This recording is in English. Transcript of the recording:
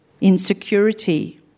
insecurity